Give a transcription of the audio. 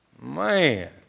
Man